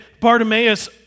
Bartimaeus